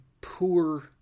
poor